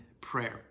prayer